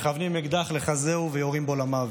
מכוונים אקדח לחזהו ויורים בו למוות.